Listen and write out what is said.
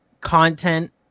content